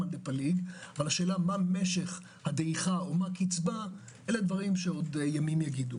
השאלה מה משך הדעיכה ומה קצבה זה דברים שימים יגידו.